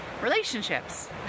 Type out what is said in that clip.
relationships